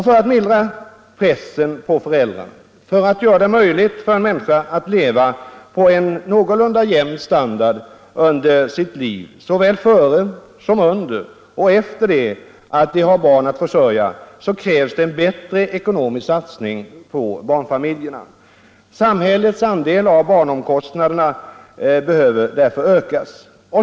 För att mildra pressen på föräldrarna, för att göra det möjligt för människor att leva på en någorlunda jämn standard under sitt liv, såväl före som under och efter det att de har barn att försörja, krävs det en bättre ekonomisk satsning på barnfamiljerna. Samhällets andel av barnomkostnaderna behöver därför ökas.